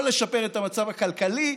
לא לשפר את המצב הכלכלי,